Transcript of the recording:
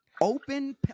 open